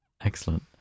Excellent